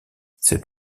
cet